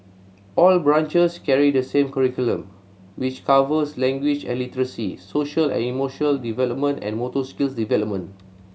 all branches carry the same curriculum which covers language and literacy social and emotional development and motor skills development